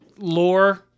Lore